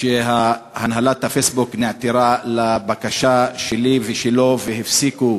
שהנהלת פייסבוק נעתרה לבקשה שלי ושלו, והפסיקו